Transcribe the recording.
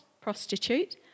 prostitute